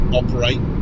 operate